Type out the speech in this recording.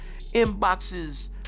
inboxes